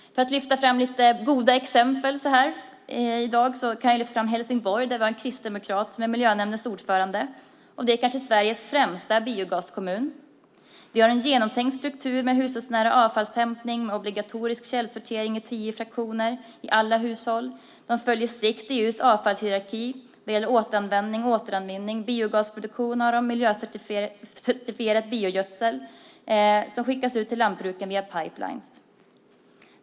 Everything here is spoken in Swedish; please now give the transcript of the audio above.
För att lyfta fram goda exempel kan jag ta Helsingborg, där en kristdemokrat är miljönämndens ordförande. Helsingborg är Sveriges kanske främsta biogaskommun. De har en genomtänkt struktur med hushållsnära avfallshämtning med obligatorisk källsortering i tio fraktioner i alla hushåll. De följer strikt EU:s avfallshierarki vad gäller återanvändning, återvinning, biogasproduktion och miljöcertifierat biogödsel som skickas ut till lantbruken via pipeliner.